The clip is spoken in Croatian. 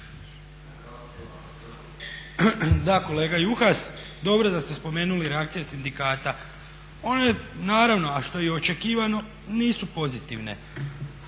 Da kolega Juhas, dobro da ste spomenuli reakcije sindikata. One naravno a što je i očekivano, nisu pozitivne,